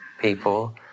people